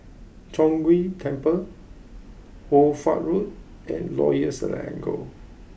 Chong Ghee Temple Hoy Fatt Road and Royal Selangor